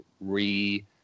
re-